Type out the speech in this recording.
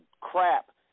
crap